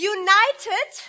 united